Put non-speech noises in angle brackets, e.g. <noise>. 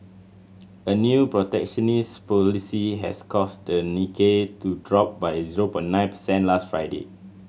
a new protectionist policy has caused the Nikkei to drop by zero <unintelligible> nine percent last Friday